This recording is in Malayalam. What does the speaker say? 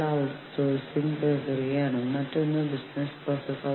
നിങ്ങളുടെ ജീവനക്കാരെ യൂണിയൻ രൂപീകരിക്കുന്നതിൽ നിന്ന് ഒഴിവാക്കാൻ അവർക്ക് ശ്രമിക്കാം